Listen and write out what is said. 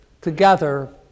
together